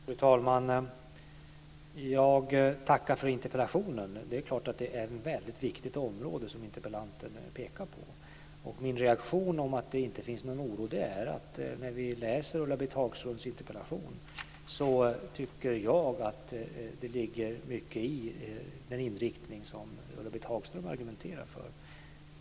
Fru talman! Jag tackar för interpellationen. Det är klart att det är ett väldigt viktigt område som interpellanten pekar på. När jag läser Ulla-Britt Hagströms interpellation tycker jag att det ligger mycket i den inriktning som hon argumenterar för.